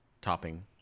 topping